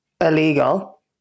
illegal